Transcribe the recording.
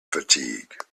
fatigue